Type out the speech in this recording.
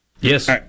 Yes